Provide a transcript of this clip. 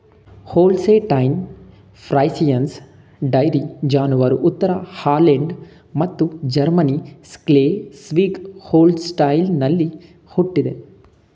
Holstein Friesians dairy ಜಾನುವಾರು ಉತ್ತರ Holland ಮತ್ತು ಜರ್ಮನಿ ಸ್ಕ್ಲೆಸ್ವಿಗ್ ಹೋಲ್ಸ್ಟೈನಲ್ಲಿ ಹುಟ್ಟಿದೆ